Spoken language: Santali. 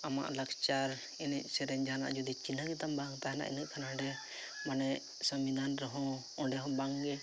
ᱟᱢᱟᱜ ᱞᱟᱠᱪᱟᱨ ᱮᱱᱮᱡ ᱥᱮᱨᱮᱧ ᱡᱟᱦᱟᱱᱟᱜ ᱡᱩᱫᱤ ᱪᱤᱱᱦᱟᱹ ᱜᱮ ᱛᱟᱢ ᱵᱟᱝ ᱛᱟᱦᱮᱱᱟ ᱤᱱᱟᱹᱜ ᱠᱷᱟᱱ ᱦᱟᱸᱰᱮ ᱢᱟᱱᱮ ᱥᱟᱝᱵᱤᱫᱷᱟ ᱨᱮᱦᱚᱸ ᱚᱸᱰᱮ ᱦᱚᱸ ᱵᱟᱝᱜᱮ